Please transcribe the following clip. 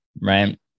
right